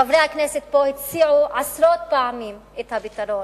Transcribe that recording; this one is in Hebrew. חברי הכנסת פה הציעו עשרות פעמים את הפתרון.